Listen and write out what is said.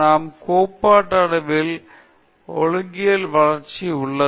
நம் கோட்பாட்டூ அளவில் ஒழுக்கவியல் வளர்ச்சி உள்ளது